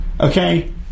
Okay